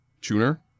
tuner